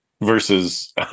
Versus